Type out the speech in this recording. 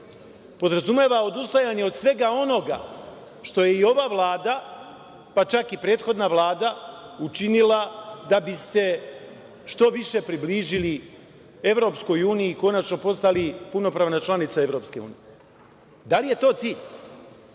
podrazumeva odustajanje od svega onoga što je i ova Vlada, pa čak i prethodna Vlada učinila da bi se što više približili EU i konačno postali punopravna članica EU. Da li je to cilj?